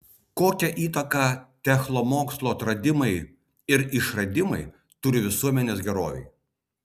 kokią įtaką technomokslo atradimai ir išradimai turi visuomenės gerovei